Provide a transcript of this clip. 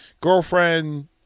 girlfriend